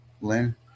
Lynn